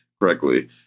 correctly